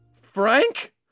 Frank